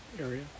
Area